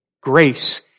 Grace